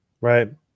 right